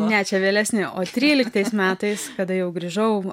ne čia vėlesni o tryliktais metais kada jau grįžau